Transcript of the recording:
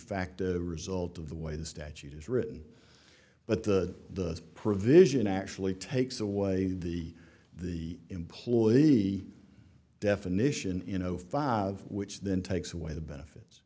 facto result of the way the statute is written but the the provision actually takes away the the employee definition you know five which then takes away the benefits